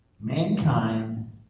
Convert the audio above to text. mankind